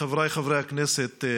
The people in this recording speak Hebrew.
חבריי חברי הכנסת,